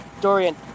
Dorian